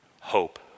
Hope